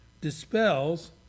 dispels